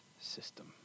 system